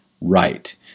right